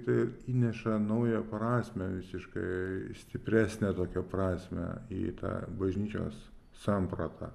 tai įneša naują prasmę visiškai stipresnę tokią prasmę į tą bažnyčios sampratą